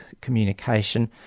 communication